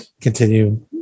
continue